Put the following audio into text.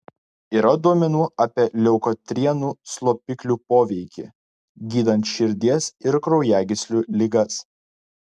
yra duomenų apie leukotrienų slopiklių poveikį gydant širdies ir kraujagyslių ligas